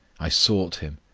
i sought him,